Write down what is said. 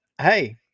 hey